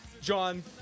John